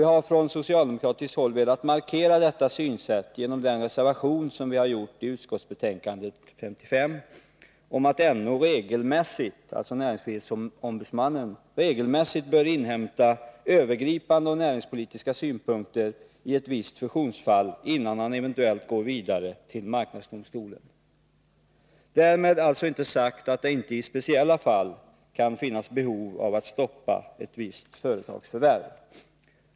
Vi har från socialdemokratiskt håll velat markera detta synsätt genom den reservation som vi fogat till utskottets betänkande 55 om att näringsfrihetsombudsmannen regelmässigt bör inhämta övergripande och näringspolitiska synpunkter i ett visst fusionsfall, innan han eventuellt går vidare till marknadsdomstolen. Därmed är inte sagt att det inte i speciella fall kan finnas behov av att man stoppar ett företagsförvärv.